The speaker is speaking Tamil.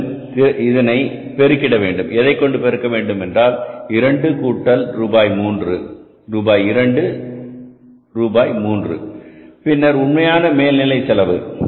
மேலும் இதனை பெருகிட வேண்டும் எதைக்கொண்டு பெருக்க வேண்டும் என்றால் ரூபாய் 2 கூட்டல் ரூபாய் 3 ரூபாய் 2 ரூபாய் 3 பின்னர் உண்மையான மேல் நிலை செலவு